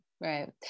right